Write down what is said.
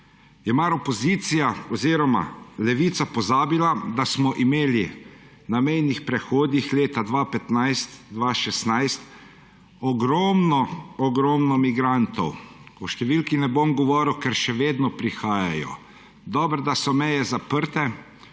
Je mar opozicija oziroma Levica pozabila, da smo imeli na mejnih prehodih leta 2015, 2016 ogromno migrantov? O številki ne bom govoril, ker še vedno prihajajo. Dobro, da so meje zaprte